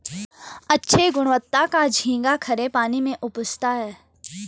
अच्छे गुणवत्ता का झींगा खरे पानी में उपजता है